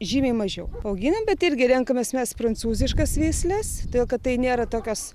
žymiai mažiau auginam bet irgi renkamės mes prancūziškas veisles todėl kad tai nėra tokios